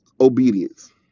Obedience